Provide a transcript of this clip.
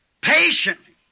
patiently